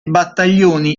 battaglioni